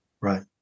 Right